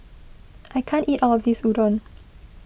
I can't eat all of this Udon